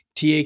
TA